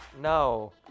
No